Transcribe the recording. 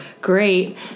Great